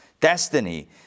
destiny